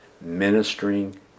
ministering